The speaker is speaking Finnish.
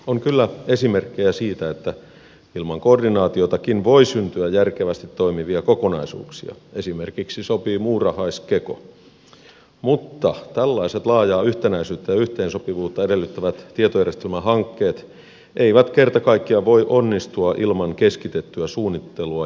on kyllä esimerkkejä siitä että ilman koordinaatiotakin voi syntyä järkevästi toimivia kokonaisuuksia esimerkiksi sopii muurahaiskeko mutta tällaiset laajaa yhtenäisyyttä ja yhteensopivuutta edellyttävät tietojärjestelmähankkeet eivät kerta kaikkiaan voi onnistua ilman keskitettyä suunnittelua ja standardointia